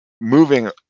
moving